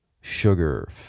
sugar